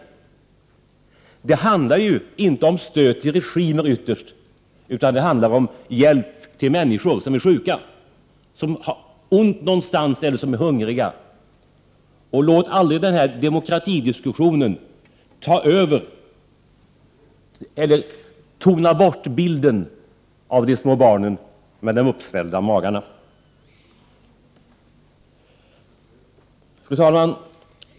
Ytterst handlar det inte om stöd till regimer, utan det handlar om hjälp till människor som är sjuka eller hungriga. Låt aldrig demokratidiskussionen tona bort bilden av de små barnen med de uppsvällda magarna! Fru talman!